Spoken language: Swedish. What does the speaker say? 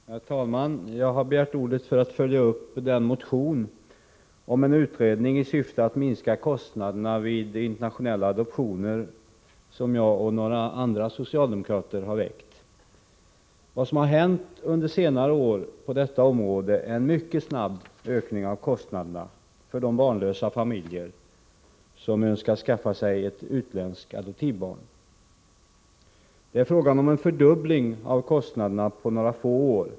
Herr talman! Jag har begärt ordet för att följa upp den motion om en utredning i syfte att minska kostnaderna vid internationella adoptioner som jag och några andra socialdemokrater har väckt. Vad som har hänt under senare år på detta område är en mycket snabb ökning av kostnaderna för de barnlösa familjer som önskar skaffa sig ett utländskt adoptivbarn. Det är fråga om en fördubbling av kostnaderna på några få år.